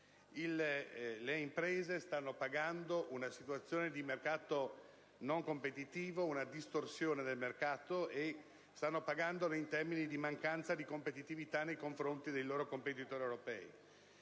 Le imprese stanno pagando una situazione di mercato non competitivo, una distorsione del mercato, e lo stanno facendo in termini di mancanza di competitività nei confronti del loro competitori europei.